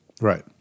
Right